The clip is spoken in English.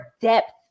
depth